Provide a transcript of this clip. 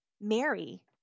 Mary